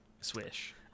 swish